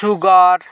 sugar